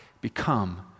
become